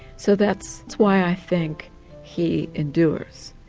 so that's why i think he endures,